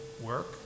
work